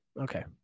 okay